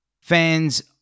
Fans